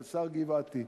פלס"ר גבעתי,